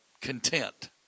content